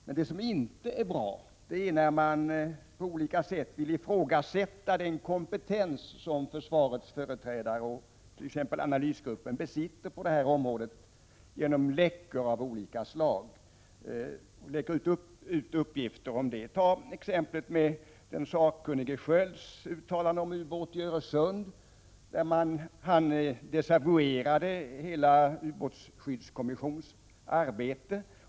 Men det som inte är bra är när man vill ifrågasätta den kompetens som försvarets företrädare och t.ex. analysgruppen besitter på det här området, genom läckor av olika slag. Ta exemplet med den sakkunnige Skölds uttalande om ubåt i Öresund, där han desavouerade ubåtsskyddskommissionens hela arbete.